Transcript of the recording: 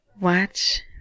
watch